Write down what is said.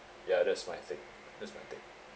ya that's my take that's my take